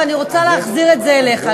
ואני רוצה להחזיר את זה אליך,